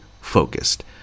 focused